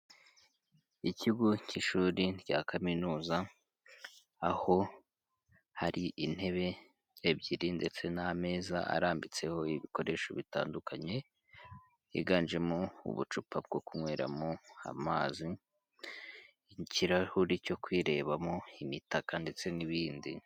Ikigo cy'ishuri rya kaminuza, aho hari intebe ebyiri ndetse n'ameza arambitseho ibikoresho bitandukanye, higanjemo ubucupa bwo kunyweramo amazi, ikirahuri cyo kwirebamo, imitaka ndetse n'ibindi.